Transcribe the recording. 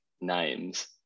names